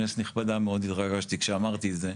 כנסת נכבדה" ומאוד התרגשתי כשאמרתי את זה,